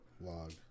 log